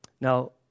Now